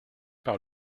par